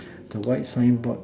the white sign board